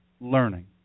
learning